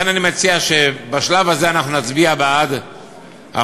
לכן אני מציע שבשלב הזה אנחנו נצביע בעד החוק,